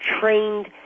trained